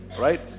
right